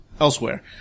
elsewhere